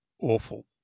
awful